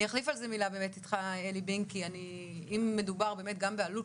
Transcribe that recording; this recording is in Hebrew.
אני אחליף על זה מילה אתך עלי בינג כי אם מדובר בעלות